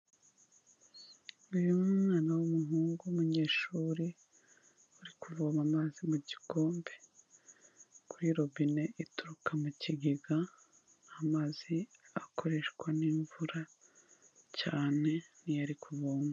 Uyu ni umwana w'umuhungu w'umunyeshuri uri kuvoma amazi mu gikombe kuri robine ituruka mu kigega, amazi akoreshwa n'imvura cyane niyo ari kuvoma.